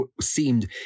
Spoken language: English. seemed